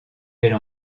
elle